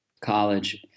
college